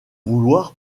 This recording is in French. vouloir